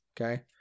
Okay